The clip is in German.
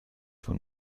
von